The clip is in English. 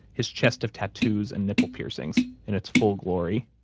his chest of tattoos and nipple piercings in its full glory.